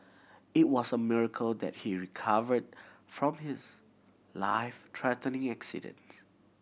it was a miracle that he recovered from his life threatening accident